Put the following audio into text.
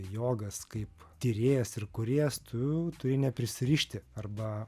jogas kaip tyrėjas ir kūrėjas tu turi neprisirišti arba